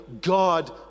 God